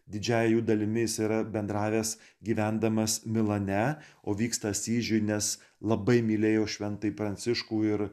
didžiąja jų dalimi jis yra bendravęs gyvendamas milane o vyksta asyžiuj nes labai mylėjo šventąjį pranciškų ir